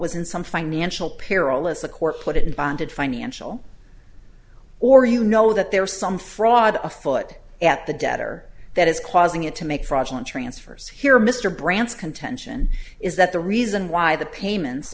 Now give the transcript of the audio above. was in some financial peril as the court put it in bonded financial or you know that there was some fraud afoot at the debtor that is causing it to make fraudulent transfers here mr branscum tension is that the reason why the payments